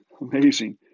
amazing